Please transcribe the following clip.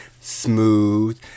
smooth